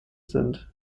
sind